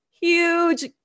Huge